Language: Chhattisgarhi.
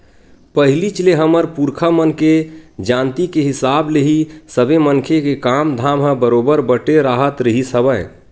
पहिलीच ले हमर पुरखा मन के जानती के हिसाब ले ही सबे मनखे के काम धाम ह बरोबर बटे राहत रिहिस हवय